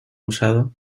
usado